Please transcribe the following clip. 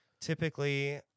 Typically